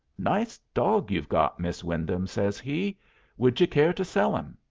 nice dog you've got, miss wyndham, says he would you care to sell him?